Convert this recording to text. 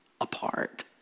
apart